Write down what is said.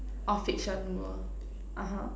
or fiction world (uh huh)